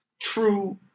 true